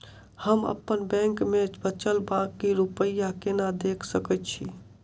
हम अप्पन बैंक मे बचल बाकी रुपया केना देख सकय छी?